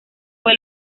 fue